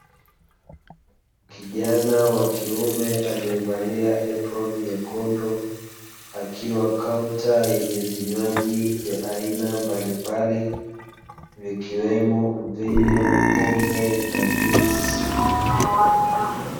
Kijana wa kiume aliyevalia eproni nyekundu, akiwa kaunta yenye vinywaji vya aina mbalimbali vikiwemo mvinyo, pombe na juisi.